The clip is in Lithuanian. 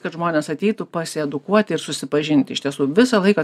kad žmonės ateitų pasiedukuoti ir susipažinti iš tiesų visą laiką